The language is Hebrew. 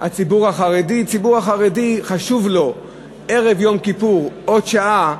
לציבור החרדי חשובה בערב יום כיפור עוד שעה,